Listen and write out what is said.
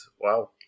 Wow